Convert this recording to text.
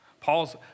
Paul's